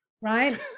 right